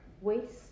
Waste